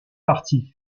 parties